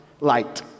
light